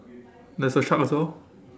there's a shark also